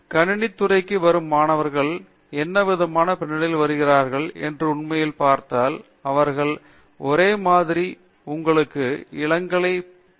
கணிதத் துறைக்கு வரும் மாணவர்களில் என்னென்ன விதமான பின்னணியில் வருகிறார்கள் என்று உண்மையில் பார்த்தால் அவர்கள் ஒரே மாதிரியாக உங்களுக்கு இளங்கலை அல்லது பி